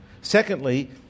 Secondly